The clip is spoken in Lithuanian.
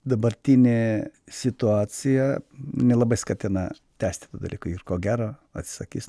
dabartinė situacija nelabai skatina tęsti tą dalyką ir ko gero atsisakys